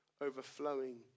overflowing